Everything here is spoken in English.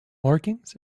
markings